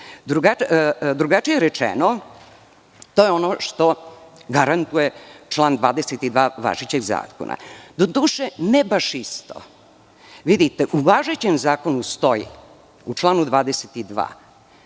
Drugačije rečeno, to je ono što garantuje član 22. važećeg zakona. Doduše, ne baš isto. Vidite, u važećem zakonu u članu 22.